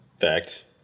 fact